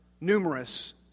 numerous